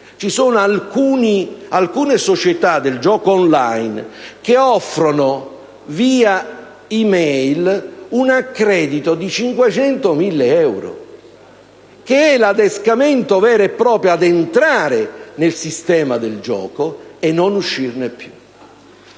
Ci sono alcune società del gioco *on line* che offrono via *e-mail* un accredito di cinquecento, mille euro, un adescamento vero e proprio ad entrare nel sistema del gioco e a non uscirne più.